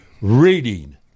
reading